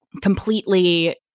completely